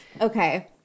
Okay